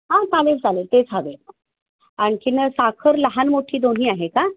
हां चालेल चालेल तेच हवे आणखीन साखर लहान मोठी दोन्ही आहे का